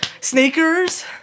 sneakers